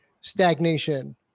stagnation